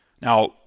Now